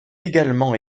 également